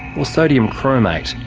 or sodium chromate,